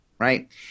Right